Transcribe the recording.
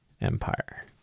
Empire